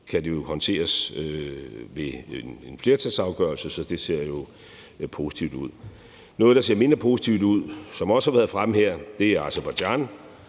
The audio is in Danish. kan det jo håndteres ved en flertalsafgørelse. Så det ser jo positivt ud. Noget, der ser mindre positivt ud, og som også har været fremme her, er Aserbajdsjan,